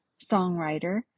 songwriter